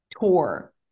tour